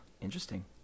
interesting